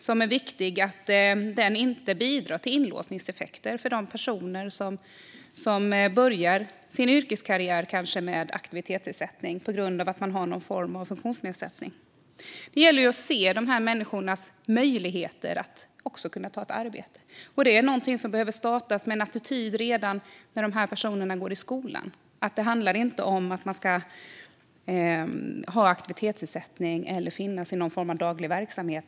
Det är viktigt att den inte bidrar till inlåsningseffekter för de personer som börjar sin yrkeskarriär med aktivitetsersättning på grund av en funktionsnedsättning. Det gäller att se dessa människors möjligheter att också kunna ta ett arbete. Det är något som behöver startas med en attityd redan när dessa personer går i skolan, det vill säga att det inte handlar om att ha aktivitetsersättning eller befinna sig i någon form av daglig verksamhet.